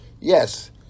Yes